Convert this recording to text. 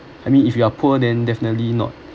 I mean if you are poor then definitely not